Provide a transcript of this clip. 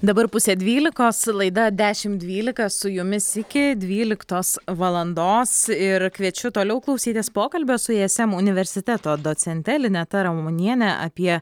dabar pusė dvylikos laida dešim dvylika su jumis iki dvyliktos valandos ir kviečiu toliau klausytis pokalbio su ism universiteto docente lineta ramonienė apie